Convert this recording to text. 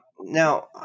Now